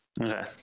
Okay